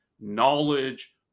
knowledge